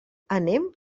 anem